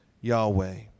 Yahweh